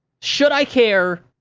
should i care?